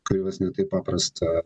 krivas ne taip paprasta